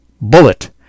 Bullet